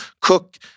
cook